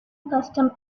custom